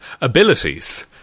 Abilities